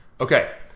Okay